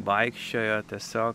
vaikščiojo tiesiog